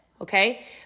Okay